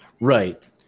right